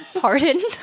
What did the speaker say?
pardon